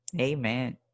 Amen